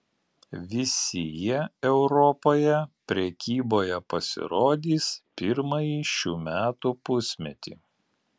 visi jie europoje prekyboje pasirodys pirmąjį šių metų pusmetį